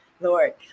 Lord